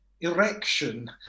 erection